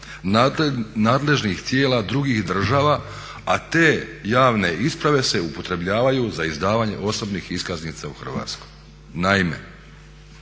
nadležnih tijela drugih država a te javne isprave se upotrjebljavaju za izdavanje osobnih iskaznica u Hrvatskoj. Naime,